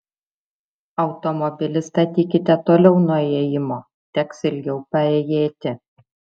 automobilį statykite toliau nuo įėjimo teks ilgiau paėjėti